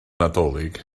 nadolig